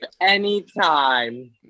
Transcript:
Anytime